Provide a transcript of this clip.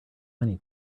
many